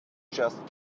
just